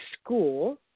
school